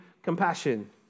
compassion